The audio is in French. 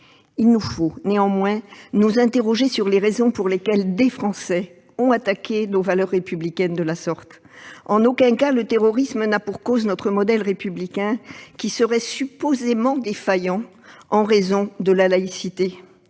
Il nous faut néanmoins nous interroger sur les raisons pour lesquelles des Français ont attaqué nos valeurs républicaines de la sorte. En aucun cas, le terrorisme n'a pour cause notre modèle républicain, qui serait supposément défaillant en raison de la laïcité.